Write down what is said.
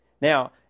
Now